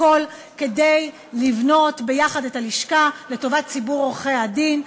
הכול כדי לבנות יחד את הלשכה לטובת ציבור עורכי-הדין.